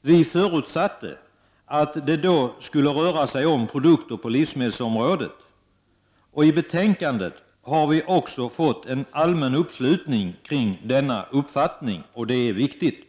Vi förutsatte att det då skulle röra sig om produkter på livsmedelsområdet. I betänkandet har vi också fått en allmän uppslutning kring denna uppfattning, och det är viktigt.